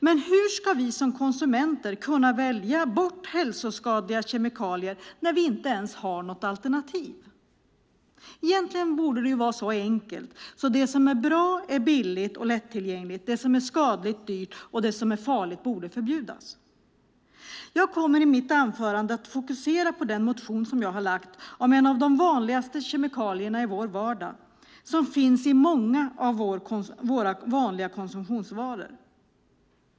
Men hur ska vi konsumenter kunna välja bort hälsoskadliga kemikalier när vi inte ens har något alternativ? Egentligen borde det vara så enkelt att det som är bra är billigt och lättillgängligt, det som är skadligt dyrt och det som är farligt förbjudet. Jag kommer i mitt anförande att fokusera på den motion jag lagt fram om en av de vanligaste kemikalierna i vår vardag. Den finns i många av våra vanliga konsumtionsvaror.